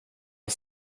jag